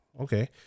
Okay